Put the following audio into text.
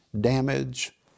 damage